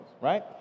right